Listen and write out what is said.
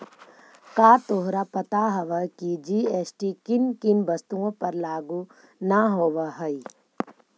का तोहरा पता हवअ की जी.एस.टी किन किन वस्तुओं पर लागू न होवअ हई